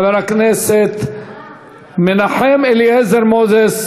חבר הכנסת אמיר אוחנה,